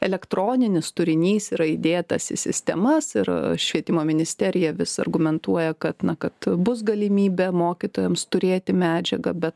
elektroninis turinys yra įdėtas į sistemas ir švietimo ministerija vis argumentuoja kad na kad bus galimybė mokytojams turėti medžiagą bet